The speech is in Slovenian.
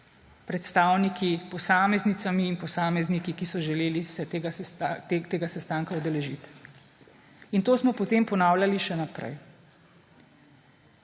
predstavniki, posameznicami in posamezniki, ki so želeli se tega sestanka udeležiti. To smo potem ponavljali še naprej.